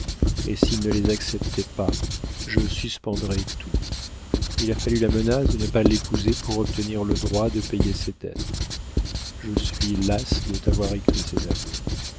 et s'il ne les acceptait pas je suspendrais tout il a fallu la menace de ne pas l'épouser pour obtenir le droit de payer ses dettes je suis lasse de t'avoir écrit ces aveux